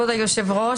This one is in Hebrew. כבוד היושב-ראש,